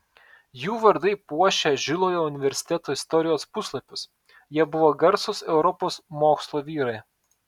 jų vardai puošia žilojo universiteto istorijos puslapius jie buvo garsūs europos mokslo vyrai